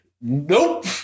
Nope